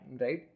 right